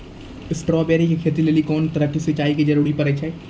Strawberry के खेती लेली कोंन तरह के सिंचाई के जरूरी पड़े छै?